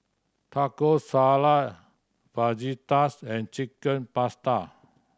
Taco Salad Fajitas and Chicken Pasta